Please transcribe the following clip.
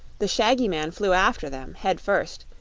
the shaggy man flew after them, head first,